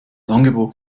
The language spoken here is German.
angebot